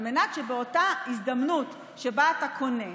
על מנת שבאותה הזדמנות שבה אתה קונה,